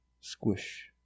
squish